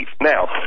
Now